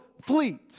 fleet